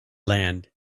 land